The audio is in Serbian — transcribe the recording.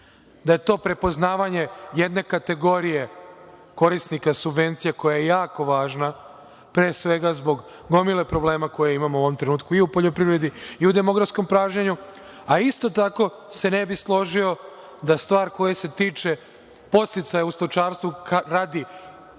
da je to prepoznavanje jedne kategorije korisnika subvencija koja je jako važna, pre svega zbog gomile problema koje imamo u ovom trenutku i u poljoprivredi i u demografskom pražnjenju, a isto tako se ne bih složio da stvar koja se tiče podsticaja u stočarstvu radi